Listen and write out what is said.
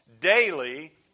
daily